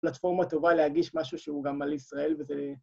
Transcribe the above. פלטפורמה טובה להגיש משהו שהוא גם על ישראל וזה...